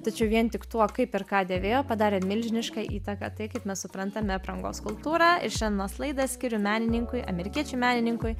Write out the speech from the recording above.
tačiau vien tik tuo kaip ir ką dėvėjo padarė milžinišką įtaką tai kaip mes suprantame aprangos kultūrą ir šiandienos laidą skiriu menininkui amerikiečių menininkui